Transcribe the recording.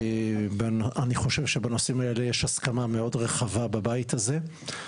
ואני חושב שבנושאים האלה יש הסכמה מאוד רחבה בבית הזה.